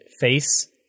face